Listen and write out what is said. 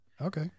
Okay